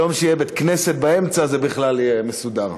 ביום שיהיה בית-כנסת באמצע, זה בכלל יהיה מסודר.